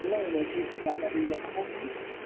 नहीं नहीं फीस उस ज़्यादा नहीं लगता है मैम